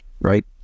right